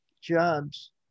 jobs